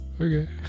Okay